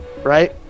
right